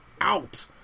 out